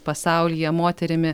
pasaulyje moterimi